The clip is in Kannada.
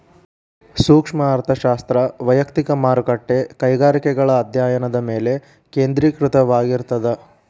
ಸೂಕ್ಷ್ಮ ಅರ್ಥಶಾಸ್ತ್ರ ವಯಕ್ತಿಕ ಮಾರುಕಟ್ಟೆ ಕೈಗಾರಿಕೆಗಳ ಅಧ್ಯಾಯನದ ಮೇಲೆ ಕೇಂದ್ರೇಕೃತವಾಗಿರ್ತದ